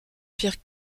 pierre